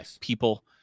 people